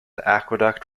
aqueduct